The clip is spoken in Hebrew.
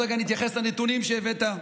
עוד רגע אני אתייחס לנתונים שהבאת.